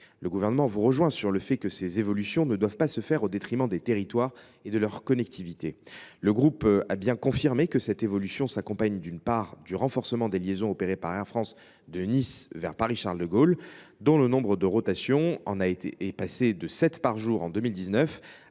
le Gouvernement vous rejoint sur le fait que ces évolutions ne doivent pas se faire au détriment des territoires et de leur connectivité. Le groupe a bien confirmé que cette évolution s’accompagne, d’une part, du renforcement des liaisons opérées par Air France de Nice vers Paris Charles de Gaulle, dont le nombre de rotations est passé de sept par jour en 2019